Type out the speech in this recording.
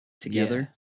together